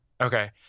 Okay